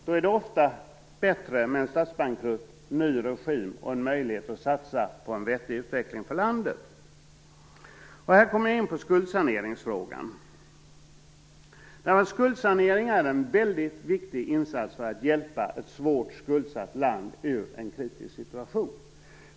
Det är ofta bättre med en statsbankrutt, en ny regim och en möjlighet att satsa på en vettig utveckling för landet. Här kommer jag in på frågan om skuldsanering. En skuldsanering är en väldigt viktig insats för att hjälpa ett svårt skuldsatt land ur en kritisk situation.